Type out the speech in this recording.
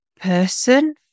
person